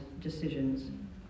decisions